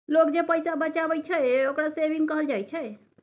लोक जे पैसा बचाबइ छइ, ओकरा सेविंग कहल जाइ छइ